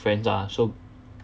friends ah so